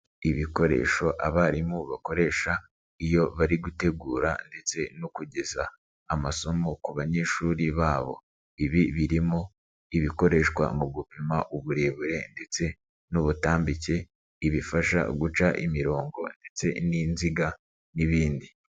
Ibikoresho abarimu bakoresha iyo bari gutegura ndetse no kugeza amasomo ku banyeshuri babo. Ibi birimo ibikoreshwa mu gupima uburebure ndetse n'ubutambike, ibifasha guca imirongo ndetse n'inziga n'ibindi.